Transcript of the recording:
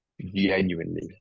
genuinely